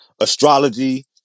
astrology